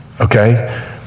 Okay